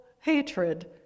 hatred